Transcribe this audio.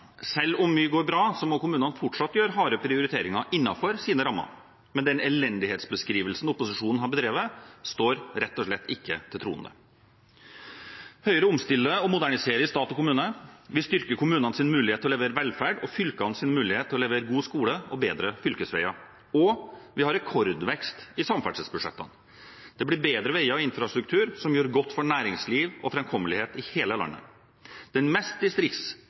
Selv om mye går bra, må kommunene fortsatt gjøre harde prioriteringer innenfor sine rammer. Men den elendighetsbeskrivelsen opposisjonen har bedrevet, står rett og slett ikke til troende. Høyre omstiller og moderniserer i stat og kommune, vi styrker kommunenes mulighet til å levere velferd og fylkenes mulighet til å levere god skole og bedre fylkesveier, og vi har rekordvekst i samferdselsbudsjettene – det blir bedre veier og infrastruktur, som gjør godt for næringsliv og framkommelighet i hele landet. Den mest